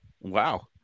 Wow